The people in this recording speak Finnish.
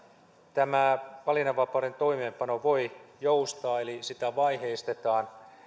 tämä valinnanvapauden toimeenpano voi joustaa eli sitä vaiheistetaan